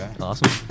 awesome